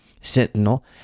sentinel